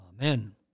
Amen